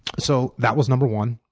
so that was number one.